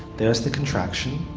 there's the contraction.